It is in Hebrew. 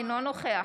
אינו נוכח